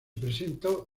presentó